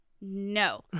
No